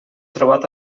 trobat